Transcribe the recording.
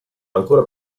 ancora